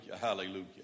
hallelujah